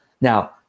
Now